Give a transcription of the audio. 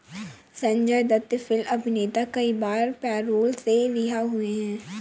Sanjay Dutt film अभिनेता कई बार पैरोल से रिहा हुए हैं